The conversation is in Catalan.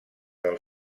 del